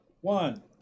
one